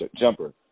jumper